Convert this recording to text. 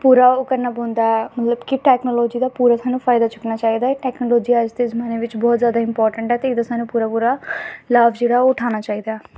पूरा ओह् करना पौंदा मतलब कि टैकनालजी दा पूरा थोआनू फायदा चुक्कना चाहिदा टैकनालजी अज्ज दे जमान्ने बिच्च बौह्त जादा इंपार्टेंट ऐ ते एह्दा सानूं पूरा पूरा लाभ जेह्ड़ा ऐ ओह् उठाना चाहिदा ऐ